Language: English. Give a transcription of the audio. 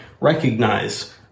recognize